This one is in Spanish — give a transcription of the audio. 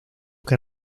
que